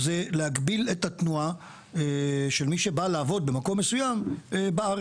זה להגביל את התנועה של מי שבא לעבוד במקום מסוים בארץ.